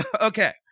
okay